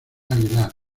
aguilar